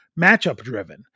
matchup-driven